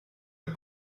del